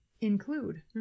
include